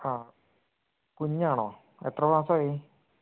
ആ കുഞ്ഞാണോ എത്ര മാസമായി